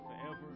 forever